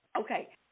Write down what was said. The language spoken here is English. Okay